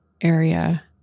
area